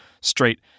straight